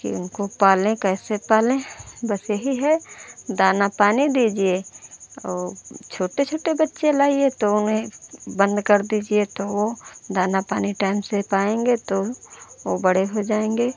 कि उनको पाले कैसे पालें बस यही है दाना पानी दीजिए और छोटे छोटे बच्चे लाइए तो उन्हें बंद कर दीजिए तो वह दाना पानी टाएम से पाएँगे तो वह